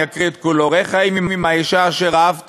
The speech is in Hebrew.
אני אקריא את כולו: "ראה חיים עם אשה אשר אהבת